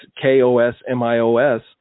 K-O-S-M-I-O-S